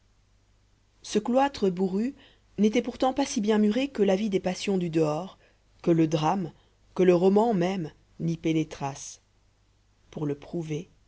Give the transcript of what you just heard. ce cloître bourru n'était pourtant pas si bien muré que la vie des passions du dehors que le drame que le roman même n'y pénétrassent pour le prouver